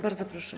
Bardzo proszę.